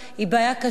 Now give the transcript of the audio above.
היא בעיה קשה.